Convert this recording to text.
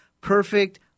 perfect